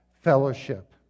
fellowship